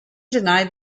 denied